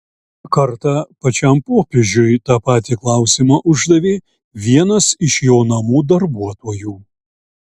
kartą pačiam popiežiui tą patį klausimą uždavė vienas iš jo namų darbuotojų